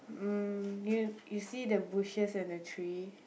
you you see the bushes on the tree